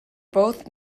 both